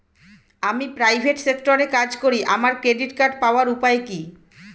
আমি প্রাইভেট সেক্টরে কাজ করি আমার ক্রেডিট কার্ড পাওয়ার উপায় কি?